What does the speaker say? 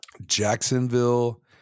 Jacksonville